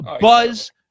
Buzz